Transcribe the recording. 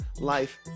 life